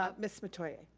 ah ms. metoyer.